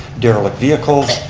derelict vehicles,